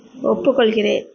ஒப்புக்கொள்கிறேன்